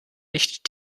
nicht